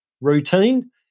routine